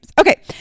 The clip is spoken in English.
Okay